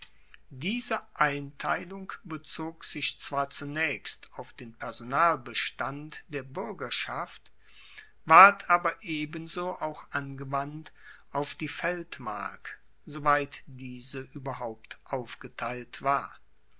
diese einteilung bezog sich zwar zunaechst auf den personalbestand der buergerschaft ward aber ebenso auch angewandt auf die feldmark soweit diese ueberhaupt aufgeteilt war